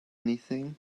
anything